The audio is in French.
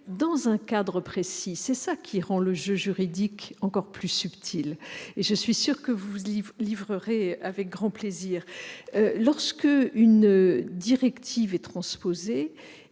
dans un cadre précis. C'est ce qui rend le jeu juridique encore plus subtil, et je suis sûre que vous vous y livrerez avec grand plaisir. Vous l'avez évoqué, lorsqu'une directive est transposée,